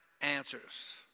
answers